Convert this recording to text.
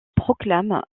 proclame